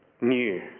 new